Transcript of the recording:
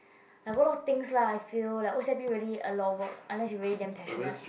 I gonna thinks lah I feel like O_C_I_P really a lot of work unless you really damn passionate